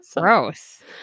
Gross